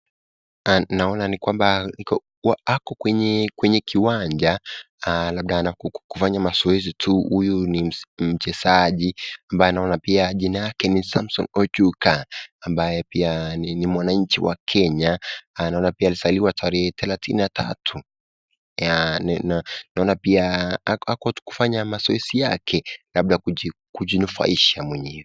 Naona ni kwamba ako kwenye kwa uwanja labda anafanya mazoezi tu. Huyu ni mchezaji ambaye naona pia jina yake ni Samson Ochuka, ambaye pia ni mwananchi wa Kenya naona pia alizaliwa tarehe thelathini na tatu. Naona pia ako tu kufanya mazoezi yake, labda kujinufaisha mwenyewe.